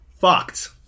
fucked